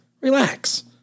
Relax